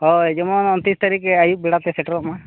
ᱦᱳᱭ ᱡᱮᱢᱚᱱ ᱚᱱᱛᱨᱤᱨᱥ ᱛᱟᱨᱤᱠᱷ ᱨᱮ ᱟᱹᱭᱩᱵ ᱵᱮᱲᱟᱛᱮ ᱥᱮᱴᱮᱨᱚᱜᱢᱟ